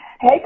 Hey